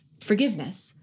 forgiveness